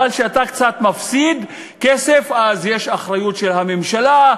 אבל כשאתה קצת מפסיד כסף אז יש אחריות של הממשלה,